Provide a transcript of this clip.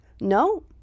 No